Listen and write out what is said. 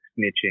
snitching